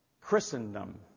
Christendom